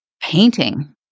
painting